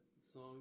Song